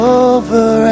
over